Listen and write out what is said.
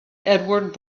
edward